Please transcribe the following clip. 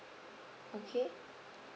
okay